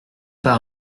par